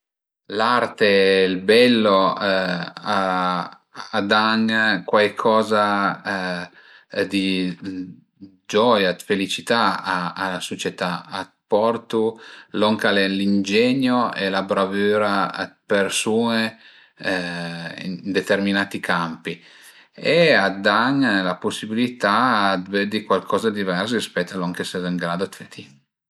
L'arte, ël bello a dan cuaicoza dë gioia, dë felicità a la sucietà, a t'portu lon ch'al e l'ingenio e la bravüra a d'persun-e ën determinati campi e a dan la pusibilità dë vëddi cuaicoza dë divers rispèt a lon che ses ën grado dë fe ti